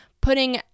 putting